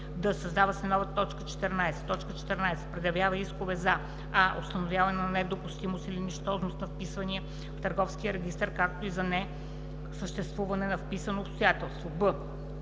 д) създава се нова т. 14: „14. предявява искове за: а) установяване на недопустимост или нищожност на вписвания в Търговския регистър, както и за несъществуване на вписано обстоятелство; б)